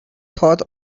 thought